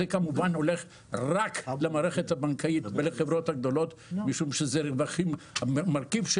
זה כמובן הולך רק למערכת הבנקאית ולחברות הגדולות משום שהמרכיב של